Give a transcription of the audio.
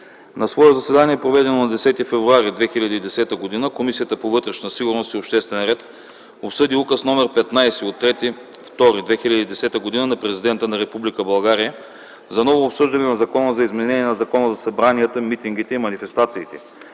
„На свое заседание, проведено на 10 февруари 2010 г., Комисията по вътрешна сигурност и обществен ред обсъди Указ № 15 от 3 февруари 2010 г. на президента на Република България за ново обсъждане на Закона за изменение на Закона за събранията, митингите и манифестациите,